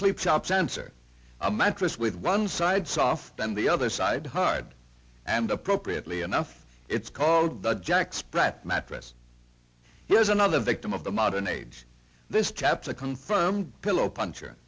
sleep shop sensor a mattress with one side soft and the other side hard and appropriately enough it's called the jack sprat mattress here's another victim of the modern age this caps a confirmed pillow pun